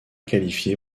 qualifiée